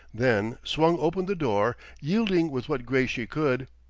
then swung open the door, yielding with what grace she could.